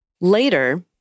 Later